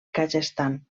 kazakhstan